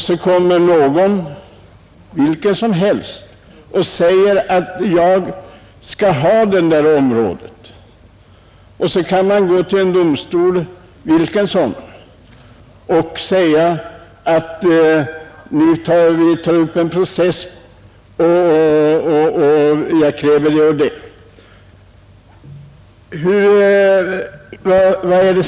Så kommer någon — vilken som helst — och säger: Jag skall ha det här området! Sedan går vederbörande till en domstol — vilken som helst — och kräver att få det området.